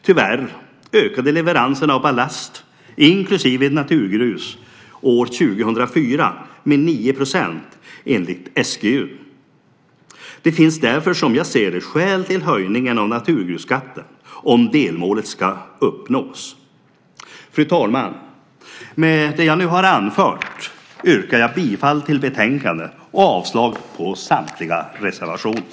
Tyvärr ökade leveranserna av ballast inklusive naturgrus år 2004 med 9 % enligt SGU. Det finns därför som jag ser det skäl till höjningen av naturgrusskatten om delmålet ska uppnås. Fru talman! Med det jag nu har anfört yrkar jag bifall till förslaget i betänkandet och avslag på samtliga reservationer.